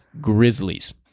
Grizzlies